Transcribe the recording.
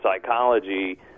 psychology